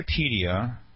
Wikipedia